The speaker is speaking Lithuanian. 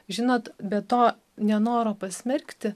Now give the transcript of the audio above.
žinot be to nenoro pasmerkti